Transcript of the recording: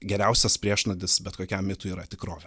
geriausias priešnuodis bet kokiam mitui yra tikrovė